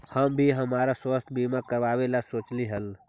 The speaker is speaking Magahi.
हम भी हमरा स्वास्थ्य बीमा करावे ला सोचली हल